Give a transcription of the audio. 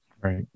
Right